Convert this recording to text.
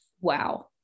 Wow